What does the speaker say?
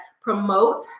promote